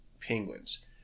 Penguins